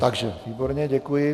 Takže výborně, děkuji.